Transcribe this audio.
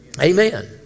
Amen